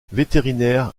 vétérinaire